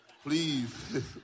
please